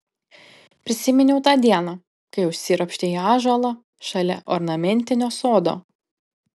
prisiminiau tą dieną kai užsiropštė į ąžuolą šalia ornamentinio sodo